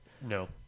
No